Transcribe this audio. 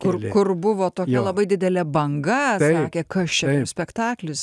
kur kur buvo tokia labai didelė banga sakė kas čia per spektaklis